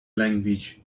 language